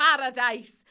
paradise